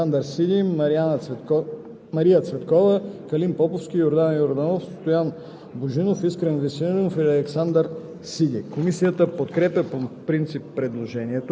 става § 32. Предложение на народните представители Красимир Богданов, Милен Михов, Борис Вангелов, Юлиан Ангелов, Деан Станчев, Александър Сиди, Мария Цветкова,